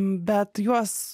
bet juos